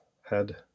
head